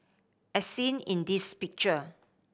as seen in this picture